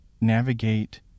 navigate